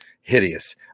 hideous